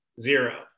zero